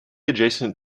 adjacent